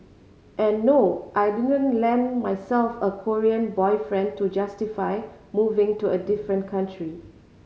and no I didn't land myself a Korean boyfriend to justify moving to a different country